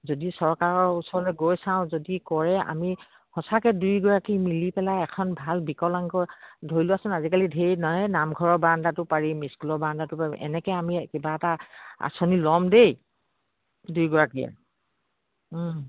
যদি চৰকাৰৰ ওচৰ গৈ চাওঁ যদি কৰে আমি সঁচাকে দুইগৰাকী মিলি পেলাই এখন ভাল বিকলাংগ ধৰি লোৱাচোন আজিকালি নহয় নামঘৰৰ বাৰাণ্ডাত পাৰিম স্কুলৰ বাৰাণ্ডাটো পাৰিম এনেকে আমি কিবা এটা আঁচনি ল'ম দেই দুইগৰাকীয়ে